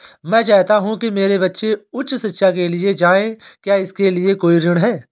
मैं चाहता हूँ कि मेरे बच्चे उच्च शिक्षा के लिए जाएं क्या इसके लिए कोई ऋण है?